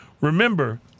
remember